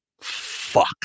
fuck